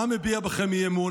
העם הביע בכם אי-אמון.